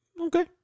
okay